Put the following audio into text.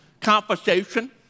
conversation